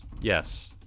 Yes